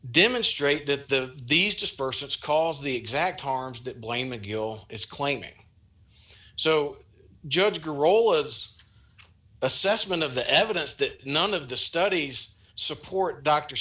demonstrate that the these dispersants caused the exact harms that blaine mcneil is claiming so judge to roll its assessment of the evidence that none of the studies support dr